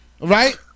right